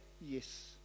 Yes